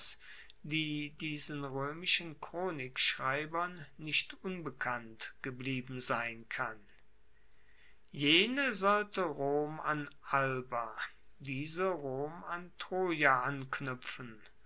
diesen roemischen chronikschreibern nicht unbekannt geblieben sein kann jene sollte rom an alba diese rom an troia anknuepfen